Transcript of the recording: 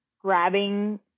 grabbing